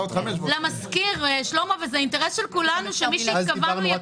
למשכיר וזה אינטרס של כולנו שמי שהתכוונו אליו,